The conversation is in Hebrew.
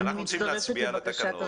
אנחנו רוצים להצביע על התקנות.